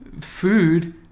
food